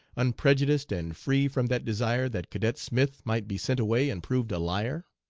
unprejudiced, and free from that desire that cadet smith might be sent away and proved a liar?